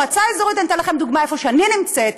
אני אתן לכם דוגמה מאיפה שאני נמצאת,